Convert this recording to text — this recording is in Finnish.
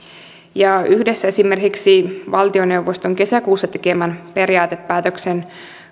yhdessä esimerkiksi valtioneuvoston kesäkuussa tekemän periaatepäätöksen